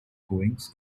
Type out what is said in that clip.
goings